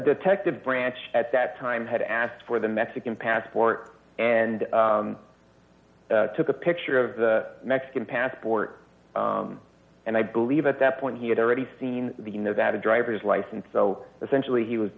detective branch at that time had asked for the mexican passport and took a picture of the mexican passport and i believe at that point he had already seen the nevada driver's license so essentially he was